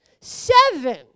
Seven